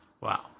wow